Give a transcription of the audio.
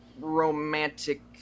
Romantic